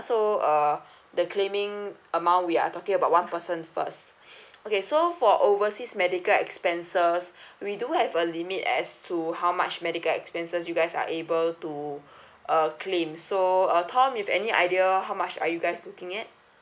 so uh the claiming amount we are talking about one person first okay so for overseas medical expenses we do have a limit as to how much medical expenses you guys are able to uh claim so uh tom you have any idea how much are you guys looking at